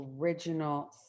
original